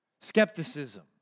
skepticism